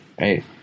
right